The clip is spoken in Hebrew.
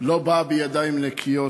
לא באה בידיים נקיות,